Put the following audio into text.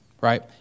right